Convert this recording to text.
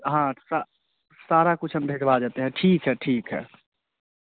हाँ स सारा कुछ हम भिजवा देते हैं ठीक है ठीक है